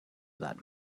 that